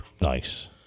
Nice